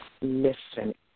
listen